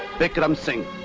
vikram singh,